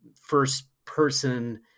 first-person